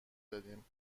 دادیم